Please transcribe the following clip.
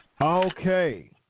Okay